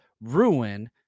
ruin